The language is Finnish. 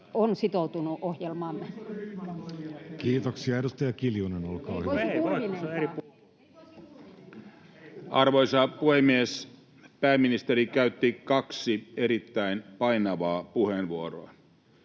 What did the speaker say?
voisi Kurvinenkaan. Kiitoksia. — Edustaja Kiljunen, olkaa hyvä. Arvoisa puhemies! Pääministeri käytti kaksi erittäin painavaa puheenvuoroa.